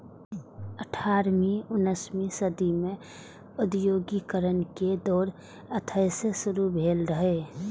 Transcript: अठारहवीं उन्नसवीं सदी मे औद्योगिकीकरण के दौर एतहि सं शुरू भेल रहै